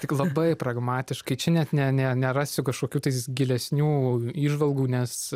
tik labai pragmatiškai čia net ne ne nerasiu kažkokių gilesnių įžvalgų nes